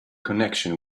connection